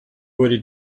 wurde